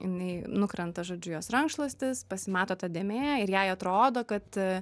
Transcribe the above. jinai nukrenta žodžiu jos rankšluostis pasimato ta dėmė ir jai atrodo kad